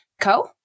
Co